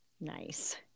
nice